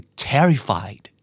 terrified